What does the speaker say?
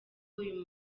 uyu